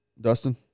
Dustin